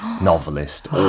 novelist